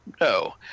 No